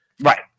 Right